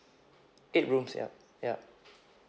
eight rooms yup yup